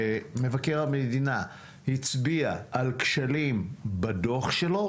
מבקר המדינה הצביע על כשלים בדוח שלו,